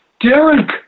Derek